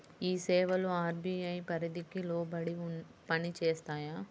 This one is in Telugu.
ఈ సేవలు అర్.బీ.ఐ పరిధికి లోబడి పని చేస్తాయా?